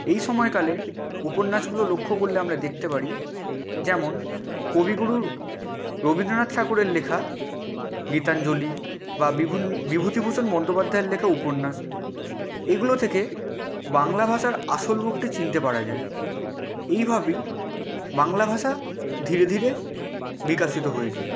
এই সময়কালে উপন্যাসগুলো লক্ষ্য করলে আমরা দেখতে পারি যেমন কবিগুরু রবীন্দ্রনাথ ঠাকুরের লেখা গীতাঞ্জলি বা বিভূন বিভূতিভূষণ বন্দ্যোপাধ্যায়ের লেখা উপন্যাস এগুলো থেকে বাংলা ভাষার আসল রূপটি চিনতে পারা যায় এইভাবেই বাংলা ভাষা ধীরে ধীরে বিকশিত হয়েছে